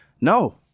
no